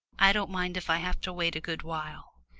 i don't mind if i have to wait a good while.